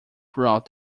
throughout